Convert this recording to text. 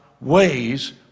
ways